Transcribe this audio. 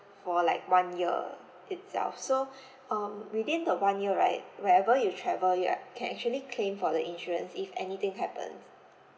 for like one year itself so um within the one year right wherever you travel you're can actually claim for the insurance if anything happen